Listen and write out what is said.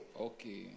Okay